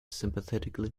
sympathetically